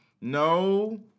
No